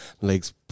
legs